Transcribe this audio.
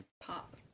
pop